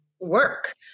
work